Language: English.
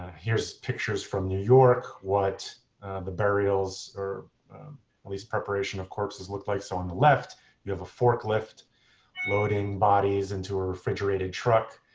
here's pictures from new york, what the burials or at least preparation of corpses looked like. so on the left you have a forklift loading bodies into a refrigerated truck.